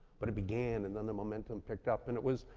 but it began, and then the momentum picked up, and it was,